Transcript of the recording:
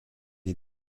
est